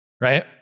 right